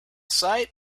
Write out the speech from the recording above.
sight